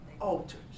altars